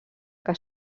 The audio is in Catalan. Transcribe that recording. que